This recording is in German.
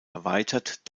erweitert